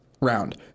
round